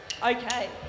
Okay